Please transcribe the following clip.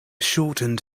shortened